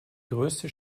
größte